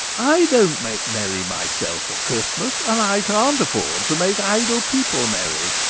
i don't make merry myself at christmas and i can't afford to make idle people merry.